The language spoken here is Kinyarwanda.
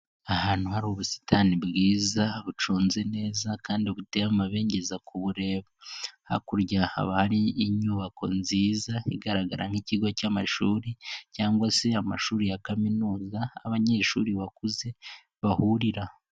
Ahantu hari ubusitani bwiza buconze neza, kandi buteye amabengeza kubureba. Hakurya haba hari inyubako nziza igaragara nk'ikigo cy'amashuri, cyangwa se amashuri ya kaminuza aho abanyeshuri bakuze bahurira.